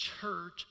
church